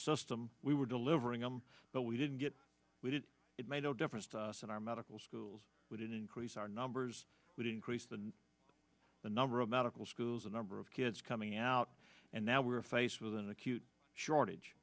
system we were delivering them but we didn't we did it made no difference to us in our medical schools we did increase our numbers but increase the number of medical schools a number of kids coming out and now we're faced with an acute shortage